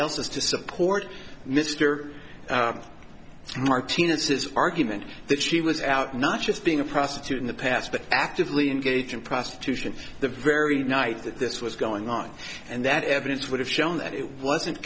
else's to support mister martinez his argument that she was out not just being a prostitute in the past but actively engage in prostitution the very night that this was going on and that evidence would have shown that it wasn't